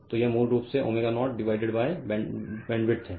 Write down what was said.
तो यह मूल रूप से W 0 BW बैंडविड्थ है